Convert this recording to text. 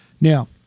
Now